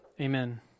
Amen